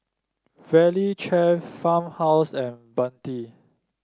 Valley Chef Farmhouse and Bentley